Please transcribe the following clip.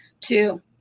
Two